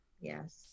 yes